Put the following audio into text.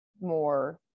more